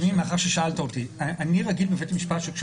אנחנו רוצים לראות שינוי במגמת השיפוט,